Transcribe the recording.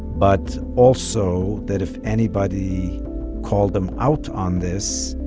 but also, that if anybody called him out on this,